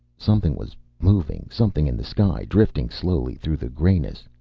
something was moving. something in the sky, drifting slowly through the grayness.